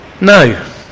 no